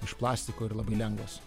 iš plastiko ir labai lengvas